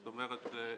זאת אומרת,